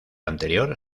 anterior